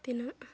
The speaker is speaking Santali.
ᱛᱤᱱᱟᱹᱜ